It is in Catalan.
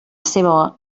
seua